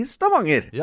Stavanger